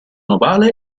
ovale